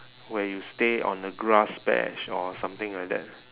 where you stay on the grass patch or something like that